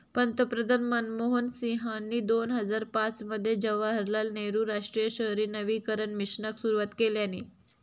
पंतप्रधान मनमोहन सिंहानी दोन हजार पाच मध्ये जवाहरलाल नेहरु राष्ट्रीय शहरी नवीकरण मिशनाक सुरवात केल्यानी